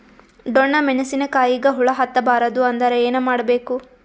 ಡೊಣ್ಣ ಮೆಣಸಿನ ಕಾಯಿಗ ಹುಳ ಹತ್ತ ಬಾರದು ಅಂದರ ಏನ ಮಾಡಬೇಕು?